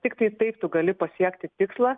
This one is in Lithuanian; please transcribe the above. tiktai taip tu gali pasiekti tikslą